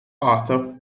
arthur